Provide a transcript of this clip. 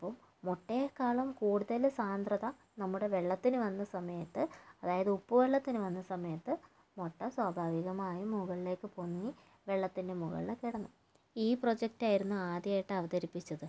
അപ്പോൾ മുട്ടയെക്കാളും കൂടുതൽ സാന്ദ്രത നമ്മുടെ വെള്ളത്തിന് വന്ന സമയത്ത് അതായത് ഉപ്പുവെള്ളത്തിന് വന്ന സമയത്ത് മുട്ട സ്വാഭാവികമായും മുകളിലേക്ക് പൊങ്ങി വെള്ളത്തിൻ്റെ മുകളിൽ കിടന്നു ഈ പ്രൊജക്റ്റ് ആയിരുന്നു ആദ്യമായിട്ട് അവതരിപ്പിച്ചത്